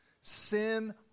sin